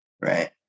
right